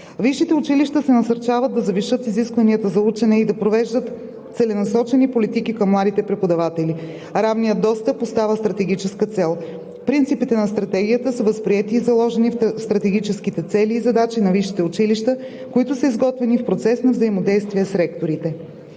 Висшите училища се насърчават да завишат изискванията за учене и да провеждат целенасочени политики към младите преподаватели. Равният достъп остава стратегическа цел. Принципите на Стратегията са възприети и заложени в стратегическите цели и задачи на висшите училища, които са изготвени в процес на взаимодействие с ректорите.